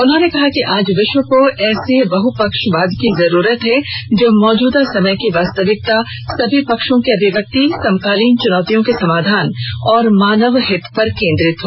उन्होंने कहा आज विश्व को ऐसे बहपक्षवाद की जरूरत है जो मौजुदा समय की वास्तविकता सभी पक्षों की अभिव्यक्ति समकालीन चुनौतियों के समाधान और मानव हित पर केन्द्रित हो